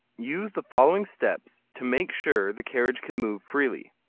use the following steps to make sure the carriage can move freely.